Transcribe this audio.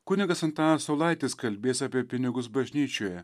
kunigas antanas saulaitis kalbės apie pinigus bažnyčioje